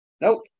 Nope